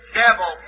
devil